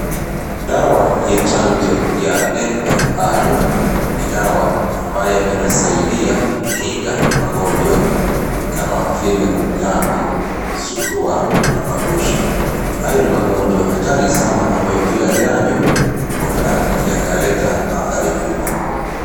Dawa ya chanjo ya MMR ni dawa ambayo inasaidia kukinga magonjwa, kama vile ukambi, surua na mabushi. Haya ni magonjwa hatari sana ambayo bila chanjo huenda yakaleta hatari kubwa.